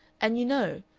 and, you know,